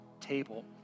table